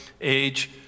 age